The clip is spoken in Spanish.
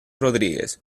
rodríguez